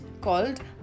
called